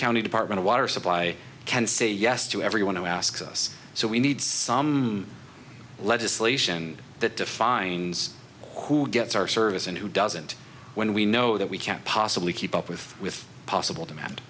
county department of water supply can say yes to everyone who asks us so we need some legislation that defines who gets our service and who doesn't when we know that we can't possibly keep up with with possible demand